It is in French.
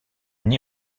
une